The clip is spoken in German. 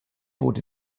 wurde